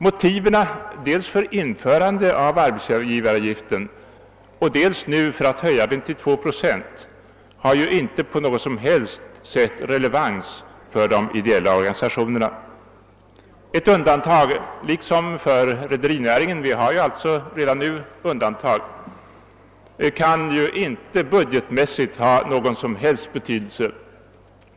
Motiven dels för införandet av arbetsgivaravgiften, dels vid detta tillfälle för en höjning av denna till 2 procent har inte på något sätt relevans för de ideella organisationerna. Ett undantag har gjorts för rederinäringen, och det finns alltså redan nu ett sådant. Våra krav kan inte heller budgetmässigt ha någon som helst betydelse.